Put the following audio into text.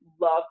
love